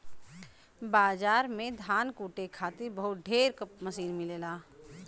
बाजार में धान कूटे खातिर बहुत ढेर क मसीन मिलेला